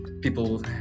people